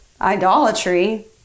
idolatry